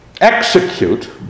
Execute